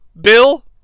Bill